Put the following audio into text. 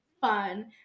fun